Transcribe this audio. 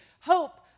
hope